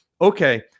okay